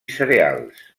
cereals